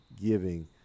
giving